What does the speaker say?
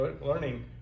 learning